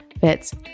fits